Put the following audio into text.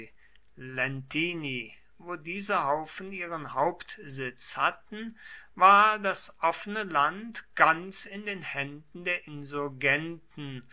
wo diese haufen ihren hauptsitz hatten war das offene land ganz in den händen der insurgenten